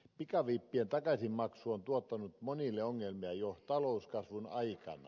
pikavippien takaisinmaksu on tuottanut monille ongelmia jo talouskasvun aikana